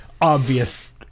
obvious